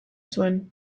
zuen